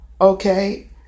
Okay